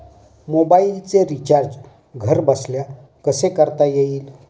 मोबाइलचे रिचार्ज घरबसल्या कसे करता येईल?